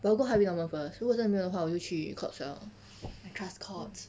but 我逛 Harvey Norman first 如果真的没有的话我就去 Courts liao I trust Courts